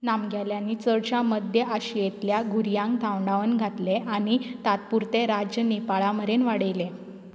नामगेल्यांनी चडश्या मध्य आशियेंतल्या घुऱ्यांक धांवडावन घातले आनी तातपुर्तें राज्य नेपाळा मरेन वाडयलें